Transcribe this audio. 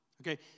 Okay